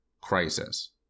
crisis